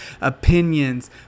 opinions